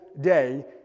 day